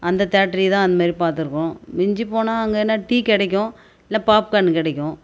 அந்த தேட்ரிதான் அதுமாரி பார்த்துருக்கோம் மிஞ்சி போனால் அங்கே என்ன டீ கிடைக்கும் இல்லை பாப்கான் கிடைக்கும்